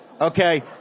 okay